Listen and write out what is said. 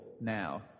now